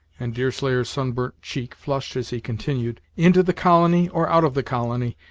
and deerslayer's sunburnt cheek flushed as he continued, into the colony, or out of the colony,